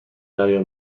دریا